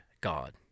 God